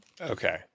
Okay